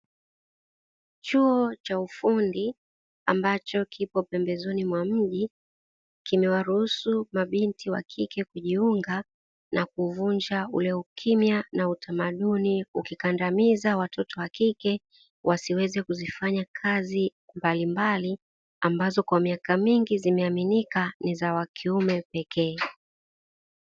Chuo cha ufundi ambacho kipo pembezoni mwa mji. Kimewaruhusu mabinti wa kike kujiunga na kuvunja ule ukimya na utamaduni, ukikandamiza watoto wa kike wasiweze kuzifanya kazi mbalimbali ambazo kwa miaka mingi zimeaminika ni za wa kiume pekee.